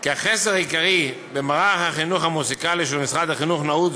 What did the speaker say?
כי החסר העיקרי במערך החינוך המוזיקלי של משרד החינוך נעוץ